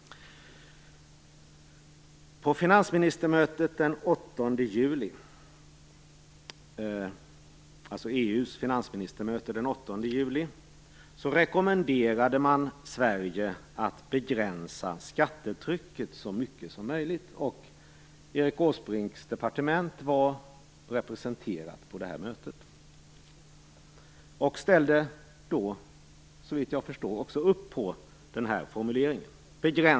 På EU:s finansministermöte den 8 juli rekommenderade man Sverige att begränsa skattetrycket så mycket som möjligt. Erik Åsbrinks departement var representerat på det mötet och ställde då upp, såvitt jag förstår, på den här formuleringen.